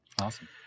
Awesome